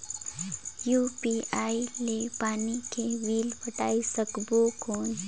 UPI ले पानी के बिल पटाय सकबो कौन?